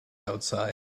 outside